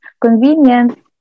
convenient